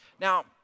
Now